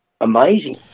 amazing